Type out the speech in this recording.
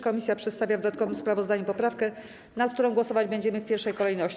Komisja przedstawia w dodatkowym sprawozdaniu poprawkę, nad którą głosować będziemy w pierwszej kolejności.